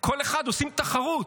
עושים תחרות.